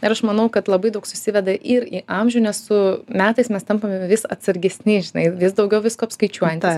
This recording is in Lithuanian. ir aš manau kad labai daug susiveda ir į amžių nes su metais mes tampame vis atsargesni žinai vis daugiau visko apskaičiuojantys